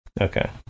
Okay